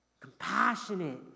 compassionate